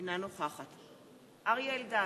אינה נוכחת אריה אלדד,